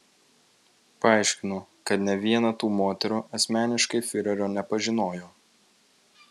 paaiškinu kad nė viena tų moterų asmeniškai fiurerio nepažinojo